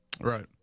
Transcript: Right